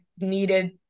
needed